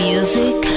Music